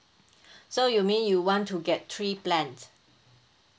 so you mean you want to get three plans